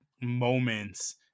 moments